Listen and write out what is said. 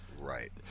right